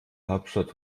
hauptstadt